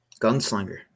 gunslinger